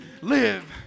live